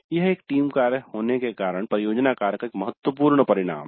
यह एक टीम कार्य होने के कारण परियोजना कार्य का बहुत महत्वपूर्ण परिणाम है